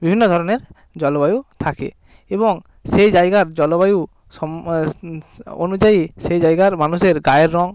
বিভিন্ন ধরনের জলবায়ু থাকে এবং সেই জায়গার জলবায়ু সম অনুযায়ী সেই জায়গার মানুষের গায়ের রঙ